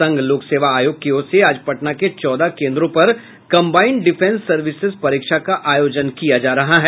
संघ लोक सेवा आयोग की ओर से आज पटना के चौदह केंद्रों पर कंबाइंड डिफेंस सर्विसेज परीक्षा का आयोजन किया जा रहा है